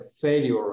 failure